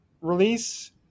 release